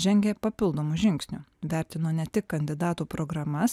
žengia papildomu žingsniu vertino ne tik kandidatų programas